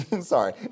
Sorry